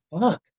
Fuck